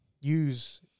use